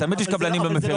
תמיד יש קבלנים מפרים.